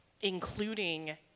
including